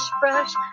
brush